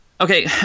okay